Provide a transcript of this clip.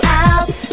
out